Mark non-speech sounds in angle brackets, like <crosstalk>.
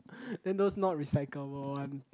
<breath> then those not recyclable one